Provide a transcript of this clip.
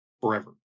forever